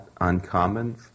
uncommon